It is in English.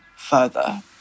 further